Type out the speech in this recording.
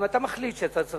אם אתה מחליט שאתה צריך